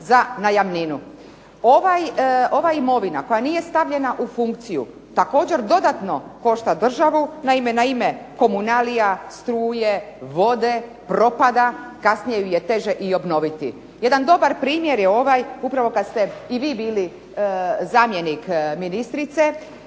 za najamninu. Ova imovina koja nije stavljena u funkciju također dodatno košta državu. Naime, na ime komunalija, struje, vode propada kasnije ju je teže i obnoviti. Jedan dobar primjer je ovaj upravo kada ste i vi bili zamjenik ministrice